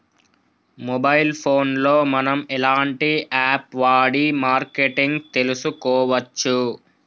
Mobile phone లో మనం ఎలాంటి యాప్ వాడి మార్కెటింగ్ తెలుసుకోవచ్చు?